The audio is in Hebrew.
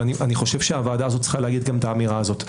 ואני חושב שהוועדה הזאת צריכה להגיד גם את האמירה הזאת.